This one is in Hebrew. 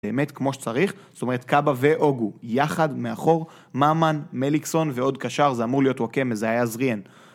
באמת כמו שצריך, זאת אומרת קבא ואוגו יחד מאחור, ממן, מליקסון ועוד קשר, זה אמור להיות ווקם, זה היה זריהן